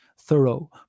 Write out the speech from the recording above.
thorough